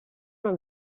una